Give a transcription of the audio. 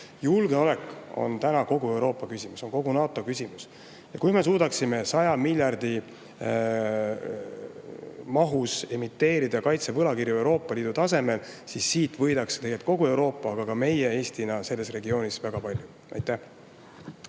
Julgeolek on täna kogu Euroopa küsimus, kogu NATO küsimus. Kui me suudaksime 100 miljardi mahus emiteerida kaitsevõlakirju Euroopa Liidu tasemel, siis võidaks kogu Euroopa, aga ka meie Eestina selles regioonis väga palju. Suur